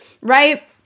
right